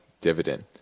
dividend